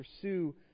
pursue